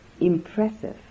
impressive